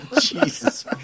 Jesus